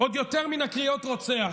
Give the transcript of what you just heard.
מן ההתעלמות עוד יותר מאשר מהקריאות רוצח.